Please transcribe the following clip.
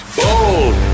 bold